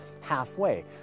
halfway